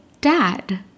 dad